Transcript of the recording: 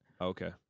Okay